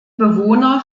bewohner